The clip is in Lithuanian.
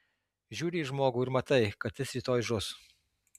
žiūri į žmogų ir matai kad jis rytoj žus